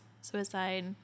suicide